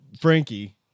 Frankie